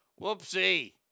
Whoopsie